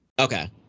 Okay